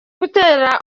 gutera